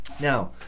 Now